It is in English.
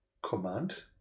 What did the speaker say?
Command